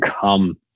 come